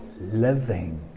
living